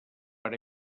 per